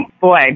boy